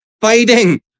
fighting